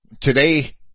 Today